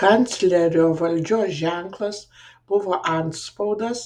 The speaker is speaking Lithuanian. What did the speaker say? kanclerio valdžios ženklas buvo antspaudas